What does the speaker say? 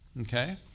Okay